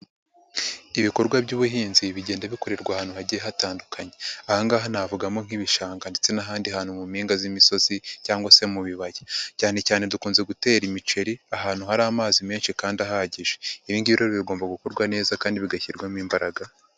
Ibikorwa by'ubuhinzi bigenda bikorerwa ahantu hagiye hatandukanye ah angaha navugamo nk'ibishanga ndetse n'ahandi hantu mu mpinga z'imisozi cyangwa se mu bibaya cyane cyane dukunze gutera imiceri ahantu hari amazi menshi kandi ahagije, ibi ngibi rero bigomba gukorwa neza kandi bigashyirwamo imbaraga.